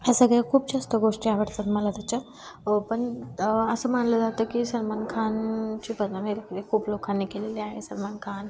ह्या सगळ्या खूप जास्त गोष्टी आवडतात मला त्याच्या पण असं मानलं जातं की सलमान खानची पद्धत ही खूप लोकांनी केलेली आहे सलमान खान